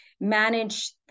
manage